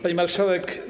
Pani Marszałek!